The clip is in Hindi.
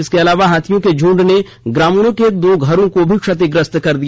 इसके अलावा हाथियों के झुंड ने ग्रामीणों के दो घर को क्षतग्रिस्त कर दिया